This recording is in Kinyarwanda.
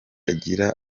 agira